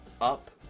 up